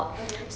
okay